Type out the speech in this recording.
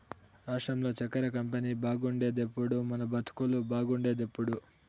రాష్ట్రంలో చక్కెర కంపెనీ బాగుపడేదెప్పుడో మన బతుకులు బాగుండేదెప్పుడో